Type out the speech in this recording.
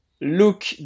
look